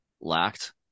lacked